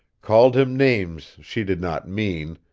called him names she did not mean,